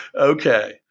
Okay